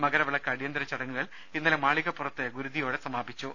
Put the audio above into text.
മകരവിളക്ക് അടിയന്തര ചടങ്ങുകൾ ഇന്നലെ മാളികപ്പുറത്തെ ഗുരുതിയോടെ സമാ പിച്ചു